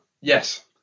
Yes